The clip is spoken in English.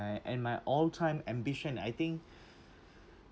I and my all time ambition I think